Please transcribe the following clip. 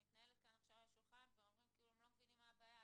מנהלים כאן והם לא מבינים מה הבעיה.